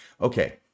Okay